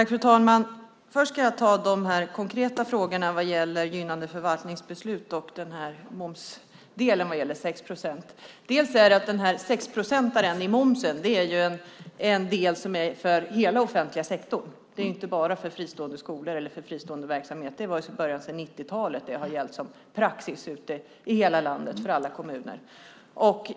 Fru talman! Först ska jag ta de konkreta frågorna om gynnande förvaltningsbeslut och momsersättningen på 6 procent. Den här 6-procentaren i momsen är en del som gäller för hela offentliga sektorn, inte bara för fristående skolor eller fristående verksamhet. Det har gällt som praxis ute i hela landet för alla kommuner sedan början av 90-talet.